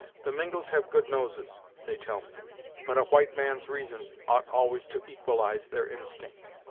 the mingos have good noses, they tell me but a white man's reason ought always to equalize their instinct.